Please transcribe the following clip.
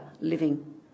living